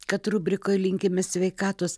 kad rubrikoj linkime sveikatos